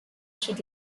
should